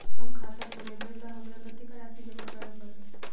हम खाता खोलेबै तऽ हमरा कत्तेक राशि जमा करऽ पड़त?